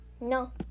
No